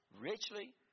Richly